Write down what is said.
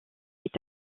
est